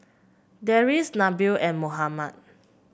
Deris Nabil and Muhammad